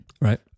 right